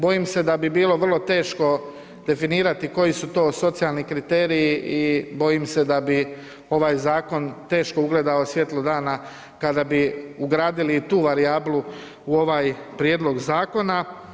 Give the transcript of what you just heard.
Bojim se da bi bilo vrlo teško definirati koji su to socijalni kriteriji i bojim se da bi ovaj zakon teško ugledao svjetlo dana kad bi ugradili i tu varijablu u ovaj prijedlog zakona.